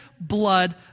blood